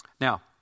Now